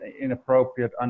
inappropriate